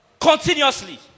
continuously